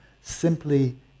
simply